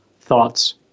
thoughts